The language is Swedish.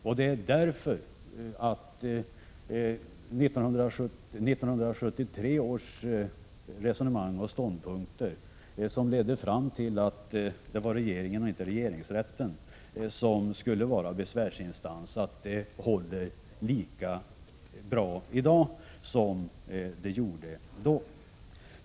1973 års resonemang och ståndpunkter, som ledde fram till att regeringen och inte regeringsrätten skulle vara besvärsinstans, håller därför lika bra i dag som då.